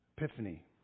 Epiphany